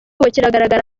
kiragaragara